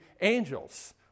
angels